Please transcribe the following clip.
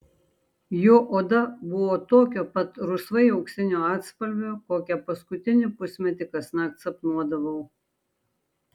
jo oda buvo tokio pat rusvai auksinio atspalvio kokią paskutinį pusmetį kasnakt sapnuodavau